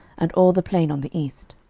and all the plain on the east